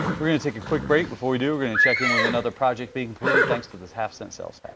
we're gonna take a quick break. before we do we're going to check in with another project being completed thanks to this half cent sales.